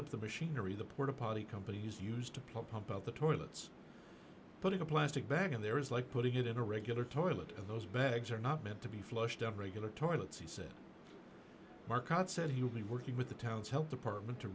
of the machinery the porta potty companies used to play pump out the toilets putting a plastic bag and there is like putting it in a regular toilet of those bags are not meant to be flushed of regular toilets he said market said he will be working with the town's help department to